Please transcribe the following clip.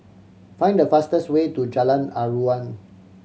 find the fastest way to Jalan Aruan